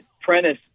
Prentice